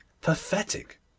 pathetic